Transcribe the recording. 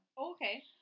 Okay